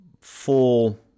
full